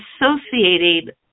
associating